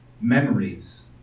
memories